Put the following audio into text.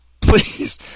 Please